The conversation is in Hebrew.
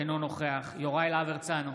אינו נוכח יוראי להב הרצנו,